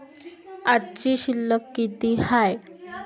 आजची शिल्लक किती हाय?